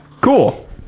Cool